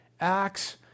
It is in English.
acts